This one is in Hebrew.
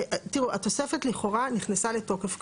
תראו, התוספת לכאורה נכנסה לתוקף כבר.